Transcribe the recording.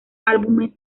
álbumes